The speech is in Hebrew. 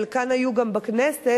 חלקן היו גם בכנסת,